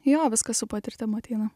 jo su patirtim ateina